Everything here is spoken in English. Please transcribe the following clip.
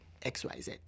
XYZ